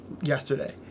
yesterday